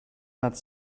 vingt